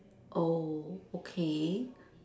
oh okay